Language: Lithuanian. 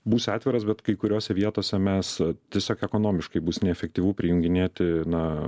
būsiu atviras bet kai kuriose vietose mes tiesiog ekonomiškai bus neefektyvu prijunginėti na